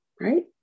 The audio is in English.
right